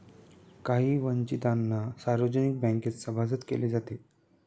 काही वंचितांना सार्वजनिक बँकेत सभासद केले जाते